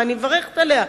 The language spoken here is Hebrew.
ואני מברכת עליה,